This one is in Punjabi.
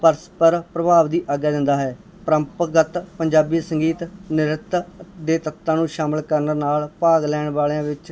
ਪਰਸਪਰ ਪ੍ਰਭਾਵ ਦੀ ਆਗਿਆ ਦਿੰਦਾ ਹੈ ਪਰੰਪਰਾਗਤ ਪੰਜਾਬੀ ਸੰਗੀਤ ਨ੍ਰਿੱਤ ਦੇ ਤੱਤਾਂ ਨੂੰ ਸ਼ਾਮਿਲ ਕਰਨ ਨਾਲ ਭਾਗ ਲੈਣ ਵਾਲਿਆਂ ਵਿੱਚ